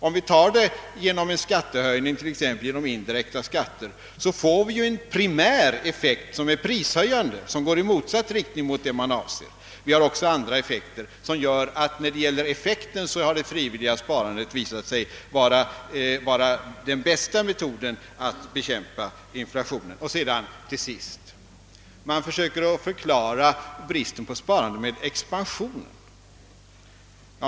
Om vi åstadkommer sparande t.ex. genom indirekta skatter, får vi en primär effekt som är prishöjande och går i motsatt riktning mot vad man avser. Det blir också andra effekter som gör att det frivilliga sparandet visat sig vara den bästa metoden att bekämpa inflationen. Till sist: man försöker förklara bristen på sparande med expansionen.